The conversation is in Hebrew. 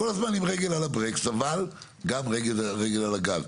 כל הזמן עם רגל על הברקס, אבל גם רגל על הגז.